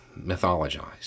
mythologized